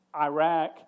Iraq